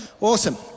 awesome